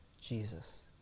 Jesus